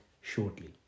shortly